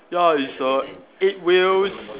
ya it's a eight wheels